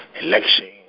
election